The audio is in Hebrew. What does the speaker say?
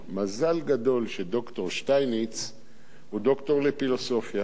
מזל גדול שד"ר שטייניץ הוא דוקטור לפילוסופיה.